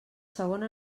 segona